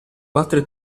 battere